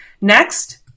next